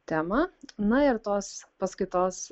temą na ir tos paskaitos